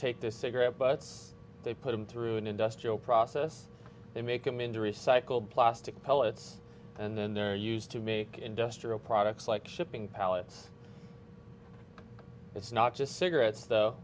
take this cigarette butts they put them through an industrial process they make them into recycled plastic pellets and then they're used to make industrial products like shipping pallets it's not just cigarettes